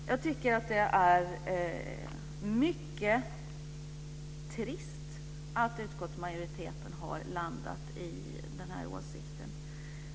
Jag tycker att det är mycket trist att utskottsmajoriteten har landat på denna åsikt.